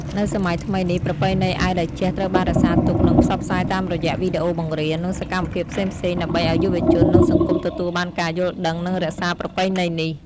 នៅសម័យថ្មីនេះ ប្រពៃណីអាវតេជៈត្រូវបានរក្សាទុក និងផ្សព្វផ្សាយតាមរយៈវីដេអូបង្រៀន និងសកម្មភាពផ្សេងៗ ដើម្បីអោយយុវជន និងសង្គមទទួលបានការយល់ដឹង និងរក្សាប្រពៃណីនេះ។